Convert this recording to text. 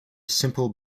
simple